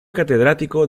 catedrático